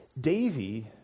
Davy